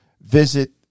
visit